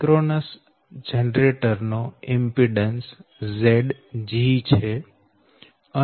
synchronous generator નો impedance Zg છે